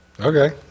Okay